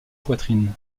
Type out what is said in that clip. poitrine